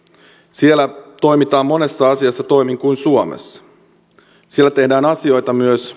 siellä toimitaan monessa asiassa toisin kuin suomessa siellä tehdään asioita myös